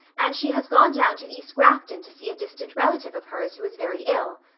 and she has gone down to east grafton to see a distant relative of hers who is very ill,